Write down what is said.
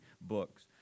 books